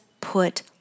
put